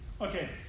Okay